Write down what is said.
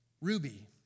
Ruby